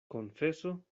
konfeso